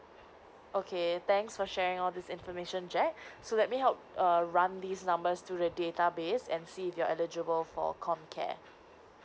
okay thanks for sharing all these information jack so let me help err run these numbers to the database and see if you're eligible for comcare